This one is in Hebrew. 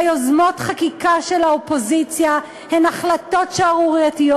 יוזמות חקיקה של האופוזיציה הן החלטות שערורייתיות.